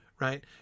right